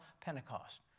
Pentecost